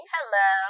Hello